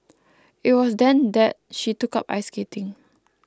it was then that she took up ice skating